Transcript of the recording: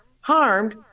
harmed